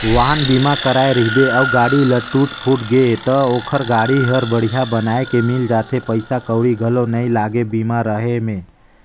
वाहन बीमा कराए रहिबे अउ गाड़ी ल टूट फूट गे त ओखर गाड़ी हर बड़िहा बनाये के मिल जाथे पइसा कउड़ी घलो नइ लागे बीमा रहें में